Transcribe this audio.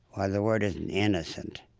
ah the word isn't innocent,